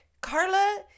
Carla